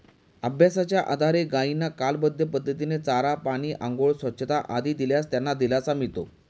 अभ्यासाच्या आधारे गायींना कालबद्ध पद्धतीने चारा, पाणी, आंघोळ, स्वच्छता आदी दिल्यास त्यांना दिलासा मिळतो